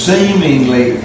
Seemingly